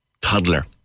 toddler